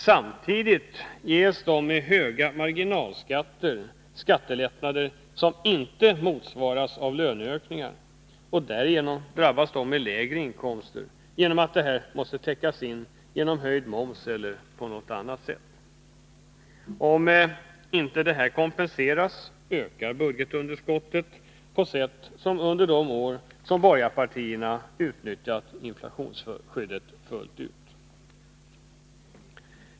Samtidigt ges de som har höga marginalskatter skattelättnader som inte motsvaras av löneökningar, och därigenom drabbas de som har lägre inkomster, genom att detta måste täckas in med höjd moms eller på något annat sätt. Om inte detta kompenseras ökar budgetunderskottet på samma sätt som under de år när borgarpartierna utnyttjade inflationsskyddet fullt ut.